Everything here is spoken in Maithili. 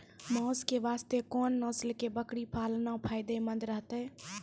मांस के वास्ते कोंन नस्ल के बकरी पालना फायदे मंद रहतै?